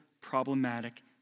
problematic